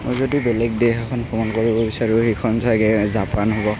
মই যদি বেলেগ দেশ এখন ভ্ৰমণ কৰিব বিচাৰোঁ সেইখন চাগৈ জাপান হ'ব